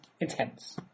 intense